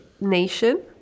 nation